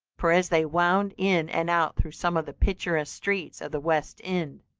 for as they wound in and out through some of the picturesque streets of the west end,